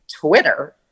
Twitter